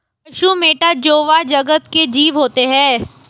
पशु मैटा जोवा जगत के जीव होते हैं